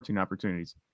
opportunities